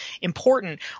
important